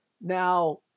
Now